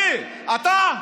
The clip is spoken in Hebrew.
מי, אתה?